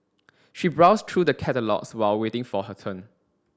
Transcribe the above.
she browsed through the catalogues while waiting for her turn